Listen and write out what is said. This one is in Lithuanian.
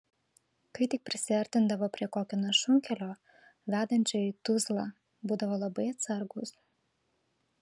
kai tik prisiartindavo prie kokio nors šunkelio vedančio į tuzlą būdavo labai atsargūs